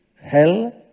Hell